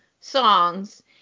songs